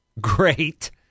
great